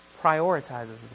Prioritizes